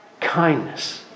Kindness